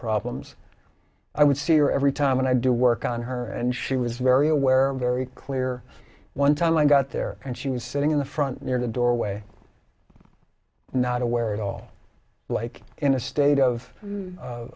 problems i would fear every time and i do work on her and she was very aware very clear one time i got there and she was sitting in the front near the doorway not aware at all like in a state